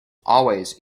always